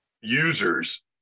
users